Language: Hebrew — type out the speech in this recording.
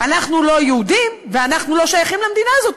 אנחנו לא יהודים ואנחנו לא שייכים למדינה הזאת.